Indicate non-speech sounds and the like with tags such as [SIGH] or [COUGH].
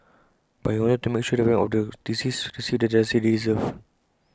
but he wanted to make sure the family of the deceased received the justice they deserved [NOISE]